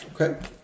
Okay